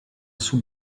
sous